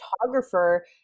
photographer